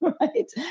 Right